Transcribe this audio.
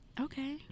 okay